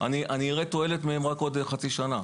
אני אראה מהם תועלת רק בעוד חצי שנה,